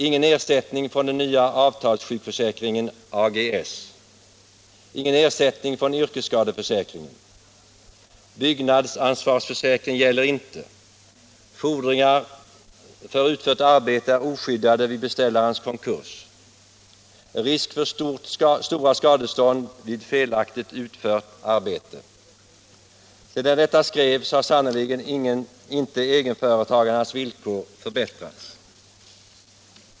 Ingen ersättning från den nya avtalssjukförsäkringen AGS. Ingen ersättning från yrkesskadeförsäkringen. Byggnads” ansvarsförsäkring gäller inte. Fordringar för utfört arbete är oskyddade vid beställarens konkurs. Risk för stora skadestånd vid felaktigt utfört arbete.” Sedan detta skrevs har sannerligen inte egenföretagarnas villkor förbättrats.